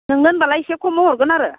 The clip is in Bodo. नोंनो होनबालाय एसे खमाव हरगोन आरो